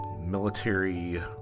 military